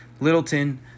Littleton